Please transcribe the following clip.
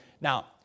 Now